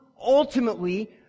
ultimately